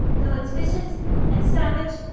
though it's vicious and savage,